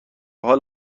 حال